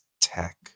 tech